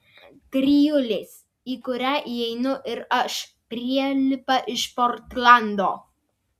trijulės į kurią įeinu ir aš prielipa iš portlando